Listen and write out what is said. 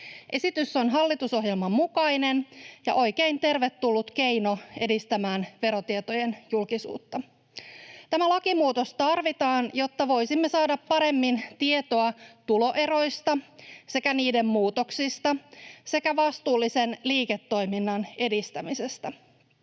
Esitys on hallitusohjelman mukainen ja oikein tervetullut keino edistämään verotietojen julkisuutta. Tämä lakimuutos tarvitaan, jotta voisimme saada paremmin tietoa tuloeroista sekä niiden muutoksista sekä vastuullisen liiketoiminnan edistämisestä.